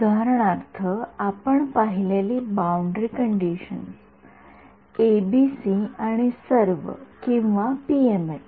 उदाहरणार्थ आपण पाहिलेली बाउंडरी कंडिशन्स एबीसी आणि सर्व किंवा पीएमएल